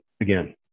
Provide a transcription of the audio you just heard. again